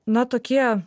na tokie